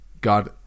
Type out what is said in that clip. God